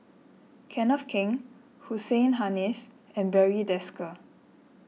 Kenneth Keng Hussein Haniff and Barry Desker